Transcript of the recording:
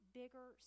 bigger